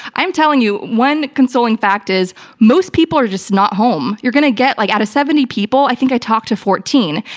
i'm telling you one consoling fact is, most people are just not home. you're going to get, like out of seventy people i think i talked to fourteen.